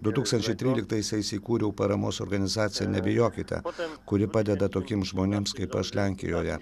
du tūkstančiai tryliktaisiais įkūriau paramos organizaciją nebijokite kuri padeda tokiems žmonėms kaip aš lenkijoje